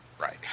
Right